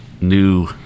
new